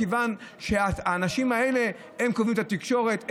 מכיוון שהאנשים האלה קובעים את התקשורת.